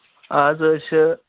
اَز حظ چھِ